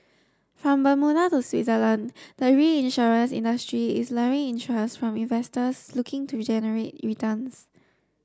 from Bermuda to Switzerland the reinsurance industry is luring interest from investors looking to generate returns